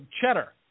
cheddar